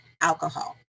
alcohol